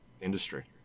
industry